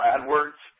AdWords